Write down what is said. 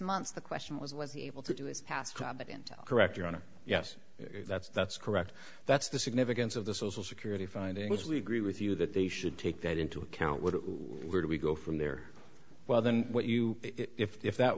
months the question was was he able to do is past correct your honor yes that's that's correct that's the significance of the social security findings we agree with you that they should take that into account what would we go from there well then what you if that